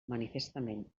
manifestament